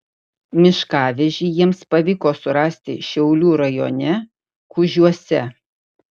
miškavežį jiems pavyko surasti šiaulių rajone kužiuose